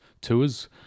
tours